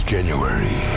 January